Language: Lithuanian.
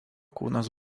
kūnas